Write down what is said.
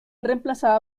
reemplazada